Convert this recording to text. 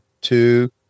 two